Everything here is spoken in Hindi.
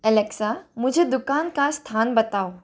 एलेक्सा मुझे दुकान का स्थान बताओ